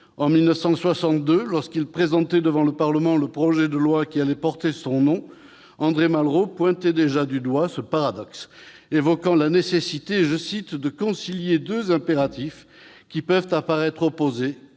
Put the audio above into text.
En 1962, lorsqu'il a présenté devant le Parlement le projet de loi qui allait porter son nom, André Malraux pointait déjà du doigt ce paradoxe, évoquant la nécessité « de concilier deux impératifs qui peuvent paraître opposés